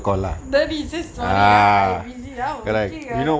then he says sorry ah I busy ya okay ya